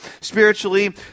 spiritually